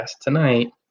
tonight